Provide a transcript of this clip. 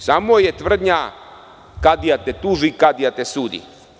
Samo je tvrdnja kadija te tuži, kadija te sudi.